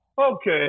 okay